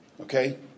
okay